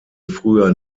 früher